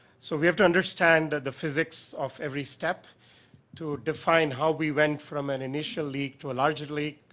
so we have to understand the physics of every step to define how we went from and initial leak to larger leak,